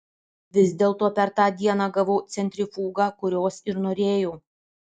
vis dėlto per tą dieną gavau centrifugą kurios ir norėjau